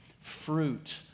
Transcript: Fruit